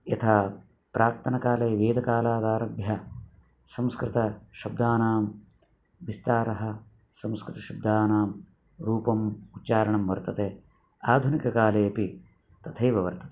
यथा प्राक्तनकाले वेदकालादारभ्य संस्कृतशब्दानां विस्तारः संस्कृतशब्दानां रूपम् उच्चारणं वर्तते आधुनिककालेऽपि तथैव वर्तते